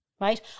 right